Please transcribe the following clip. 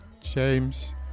James